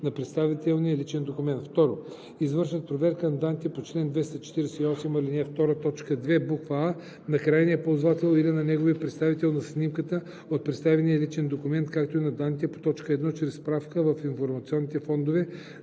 на представения личен документ; 2. извършат проверка на данните по чл. 248, ал, 2. т. 2, буква „а“ на крайния ползвател или на неговия представител, на снимката от представения личен документ, както и на данните по т. 1 чрез справка в информационните фондове